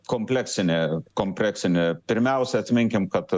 kompleksinę kompreksinę pirmiausia atsiminkim kad